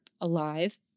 alive